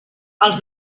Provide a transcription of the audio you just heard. els